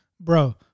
Bro